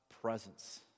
presence